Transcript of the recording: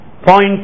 Point